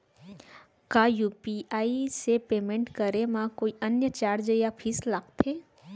का यू.पी.आई से पेमेंट करे म कोई अन्य चार्ज या फीस लागथे?